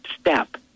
step